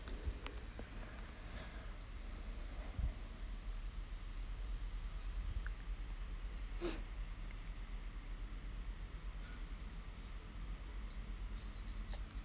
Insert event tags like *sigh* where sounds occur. *breath*